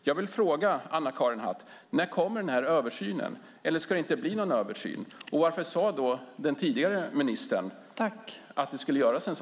Jag vill fråga Anna-Karin Hatt: När kommer denna översyn? Eller ska det inte bli någon översyn? Varför sa då den tidigare ministern att en sådan skulle göras?